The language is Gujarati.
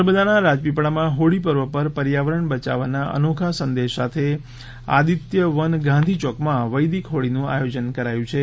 નર્મદાના રાજપીપળામાં હોળી પર્વ પર પર્યાવરણ બચાવવાના અનોખા સંદેશ સાથે આદિત્યવન ગાંધીયોકમાં વૈદીક હોળીનું આયોજન કરાયું છે